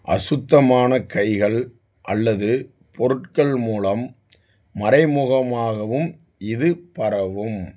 அசுத்தமான கைகள் அல்லது பொருட்கள் மூலம் மறைமுகமாகவும் இது பரவும்